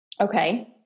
Okay